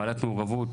בעלת מעורבות